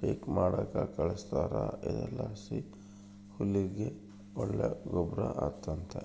ಪಿಕ್ಕೆ ಮಾಡಾಕ ಕಳಿಸ್ತಾರ ಇದರ್ಲಾಸಿ ಹುಲ್ಲಿಗೆ ಒಳ್ಳೆ ಗೊಬ್ರ ಆತತೆ